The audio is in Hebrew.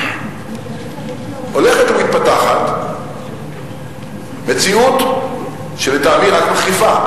הולכת ומתפתחת מציאות שלטעמי רק מחריפה,